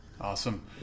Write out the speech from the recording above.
Awesome